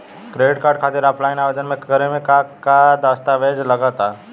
Credit card खातिर offline आवेदन करे म का का दस्तवेज लागत बा?